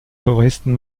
touristen